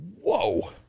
whoa